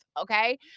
Okay